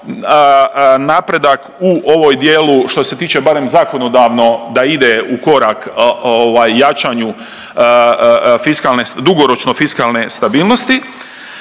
napredak u ovoj dijelu što se tiče barem zakonodavno da ide u korak ovaj jačanju fiskalne, dugoročno fiskalne stabilnosti.